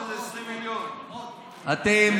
אתה,